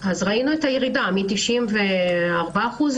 ראינו את הירידה מ-94% ל-68%.